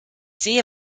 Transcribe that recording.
sehe